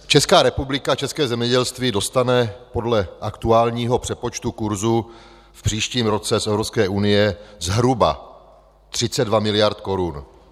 Česká republika a české zemědělství dostane podle aktuálního přepočtu kurzu v příštím roce z Evropské unie zhruba 32 mld. korun.